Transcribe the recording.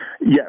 Yes